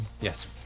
Yes